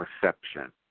perception